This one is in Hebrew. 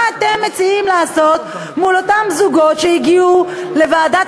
מה אתם מציעים לעשות מול אותם זוגות שהגיעו לוועדת